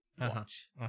Watch